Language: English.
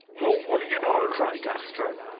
well, what do you know! cried astro.